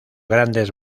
grandes